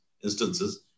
instances